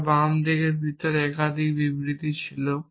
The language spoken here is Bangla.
আমার বাম ভিতরে যদি একাধিক বিবৃতি ছিল